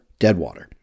deadwater